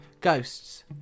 ghosts